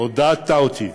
עודדת אותי.